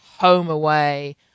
HomeAway